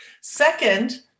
Second